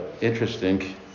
interesting